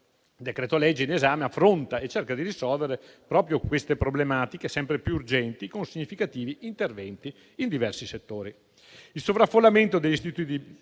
decreto-legge in esame affronta e cerca di risolvere proprio queste problematiche sempre più urgenti con significativi interventi in diversi settori. Il sovraffollamento degli istituti di